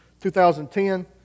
2010